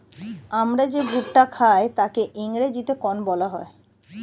আমরা যে ভুট্টা খাই তাকে ইংরেজিতে কর্ন বলা হয়